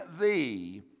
thee